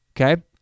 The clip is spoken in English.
okay